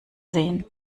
sehen